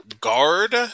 Guard